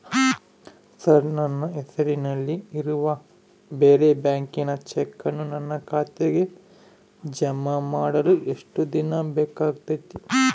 Sir ನನ್ನ ಹೆಸರಲ್ಲಿ ಇರುವ ಬೇರೆ ಬ್ಯಾಂಕಿನ ಚೆಕ್ಕನ್ನು ನನ್ನ ಖಾತೆಗೆ ಜಮಾ ಮಾಡಲು ಎಷ್ಟು ದಿನ ಬೇಕಾಗುತೈತಿ?